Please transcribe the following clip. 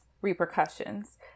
repercussions